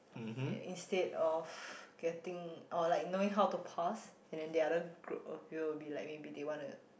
instead of getting or like knowing how to pause and then the other group of you will be like maybe they want to